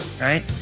Right